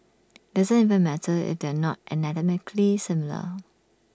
doesn't even matter if they're not anatomically similar